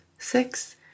six